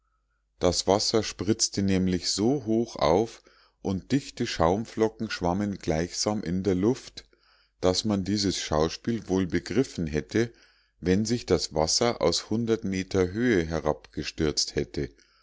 das wasser spritzte nämlich so hoch auf und dichte schaumflocken schwammen gleichsam in der luft daß man dieses schauspiel wohl begriffen hätte wenn sich das wasser aus hundert meter höhe herabgestürzt hätte